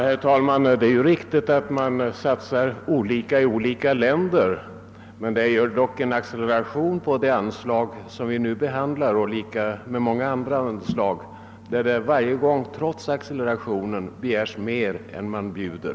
Herr talman! Det är riktigt att man satsar olika i olika länder, men det är dock en acceleration i fråga om det anslag vi nu behandlar, och det finns lika många andra anslag, i fråga om vilka det trots accelerationen begärs mer än vad regeringen bjuder.